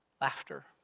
Laughter